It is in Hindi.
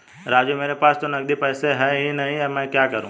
राजू मेरे पास तो नगदी पैसे है ही नहीं अब मैं क्या करूं